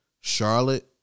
Charlotte